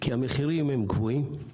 מחירי ההתחברות הם גבוהים